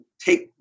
Take